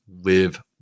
live